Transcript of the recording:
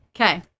Okay